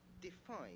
define